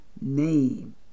name